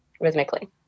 rhythmically